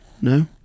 no